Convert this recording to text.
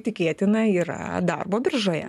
tikėtina yra darbo biržoje